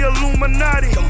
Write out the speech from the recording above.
Illuminati